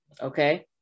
okay